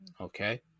okay